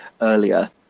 earlier